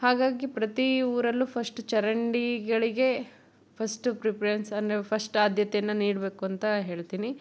ಹಾಗಾಗಿ ಪ್ರತಿ ಊರಲ್ಲೂ ಫಶ್ಟ್ ಚರಂಡಿಗಳಿಗೆ ಫಸ್ಟು ಪ್ರಿಫ್ರೆನ್ಸನ್ನು ಫಶ್ಟ್ ಆದ್ಯತೆಯನ್ನು ನೀಡಬೇಕು ಅಂತ ಹೇಳ್ತೀನಿ